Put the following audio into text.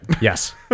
yes